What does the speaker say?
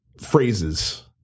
phrases